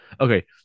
Okay